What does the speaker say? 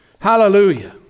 Hallelujah